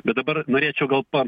bet dabar norėčiau gal pa